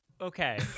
Okay